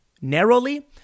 narrowly